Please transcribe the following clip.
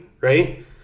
right